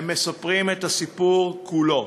הם מספרים את הסיפור כולו.